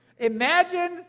Imagine